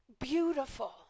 beautiful